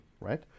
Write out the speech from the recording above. right